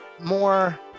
more